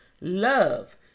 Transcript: love